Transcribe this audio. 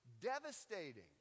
devastating